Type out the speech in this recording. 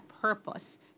purpose